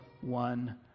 one